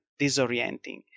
disorienting